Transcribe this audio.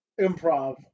improv